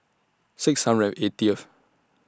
six hundred and eightieth